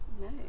No